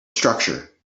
structure